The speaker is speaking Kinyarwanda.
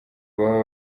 baba